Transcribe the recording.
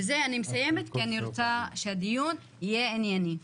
בזה אני מסיימת כי אני רוצה שהדיון יהיה ענייני.